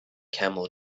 camel